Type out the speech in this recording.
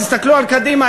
תסתכלו על קדימה,